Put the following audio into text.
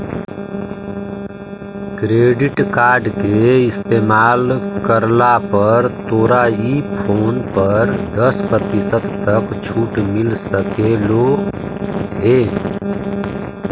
credit card के इस्तेमाल करला पर तोरा ई फोन पर दस प्रतिशत तक छूट मिल सकलों हे